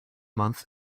month